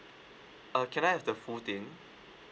uh can I have the full thing